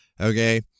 Okay